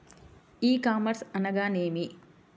ఈ కామర్స్ అనగా నేమి?